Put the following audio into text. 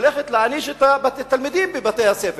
הולכת להעניש את התלמידים בבתי-הספר.